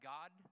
God